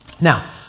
now